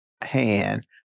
hand